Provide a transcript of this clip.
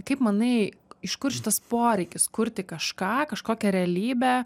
kaip manai iš kur šitas poreikis kurti kažką kažkokią realybę